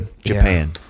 japan